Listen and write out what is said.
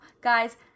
Guys